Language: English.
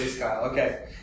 okay